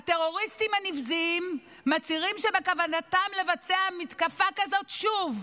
הטרוריסטים הנבזיים מצהירים שבכוונתם לבצע מתקפה כזאת שוב.